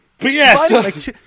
yes